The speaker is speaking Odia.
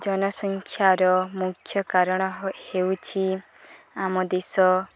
ଜନସଂଖ୍ୟାର ମୁଖ୍ୟ କାରଣ ହେଉଛି ଆମ ଦେଶ